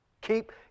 Keep